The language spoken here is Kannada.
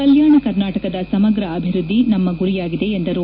ಕಲ್ಕಾಣ ಕರ್ನಾಟಕದ ಸಮಗ್ರ ಅಭಿವೃದ್ದಿ ನಮ್ನ ಗುರಿಯಾಗಿದೆ ಎಂದರು